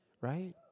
Right